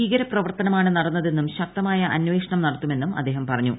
ഭീകര പ്രവർത്തനമാണ് നടന്നതെന്നും ശക്തമായ അന്വേഷണം നടത്തുമെന്നും അദ്ദേഹം പറഞ്ഞു